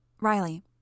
Riley